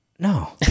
No